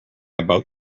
about